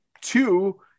two